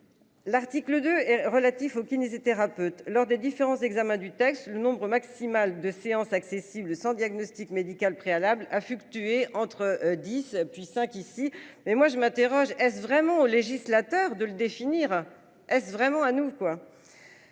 L'article 2 relatif aux kinésithérapeutes lors des différences examen du texte le nombre maximal de séance accessible sans diagnostic médical préalable a fluctué entre 10 puis 5 ici. Mais moi je m'interroge, est-ce vraiment au législateur de le définir. Est-ce vraiment à nous